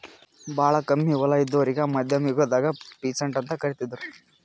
ಭಾಳ್ ಕಮ್ಮಿ ಹೊಲ ಇದ್ದೋರಿಗಾ ಮಧ್ಯಮ್ ಯುಗದಾಗ್ ಪೀಸಂಟ್ ಅಂತ್ ಕರಿತಿದ್ರು